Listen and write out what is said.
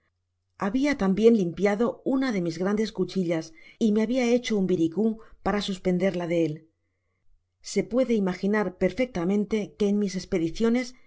habia tambien limpiado una de mis grandes cuchillas y me habia hecho un viricú para suspenderla de él se puede imaginar perfectamente que en mis espediciones